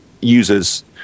users